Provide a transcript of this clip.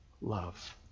love